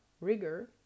rigor